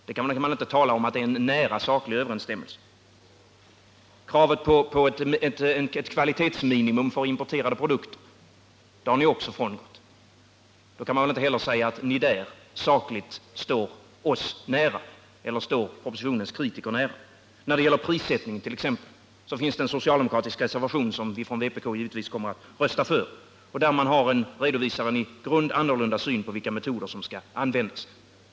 Då kan man inte tala om att det är en nära 28 maj 1979 saklig överensstämmelse. Ni är också mot kravet på ett kvalitetsminimum på importerade produkter. Man kan inte heller säga att ni därvidlag sakligt står propositionens kritiker nära. När det t.ex. gäller prissättningen finns en socialdemokratisk reservation, som vi från vpk givetvis kommer att rösta för. I denna redovisar man en i grunden annorlunda syn på vilka metoder som skall användas.